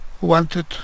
wanted